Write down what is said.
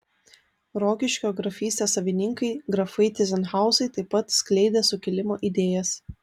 rokiškio grafystės savininkai grafai tyzenhauzai taip pat skleidė sukilimo idėjas